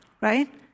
right